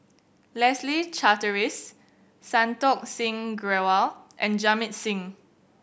Leslie Charteris Santokh Singh Grewal and Jamit Singh